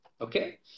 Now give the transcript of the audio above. Okay